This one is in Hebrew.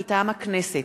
מטעם הכנסת: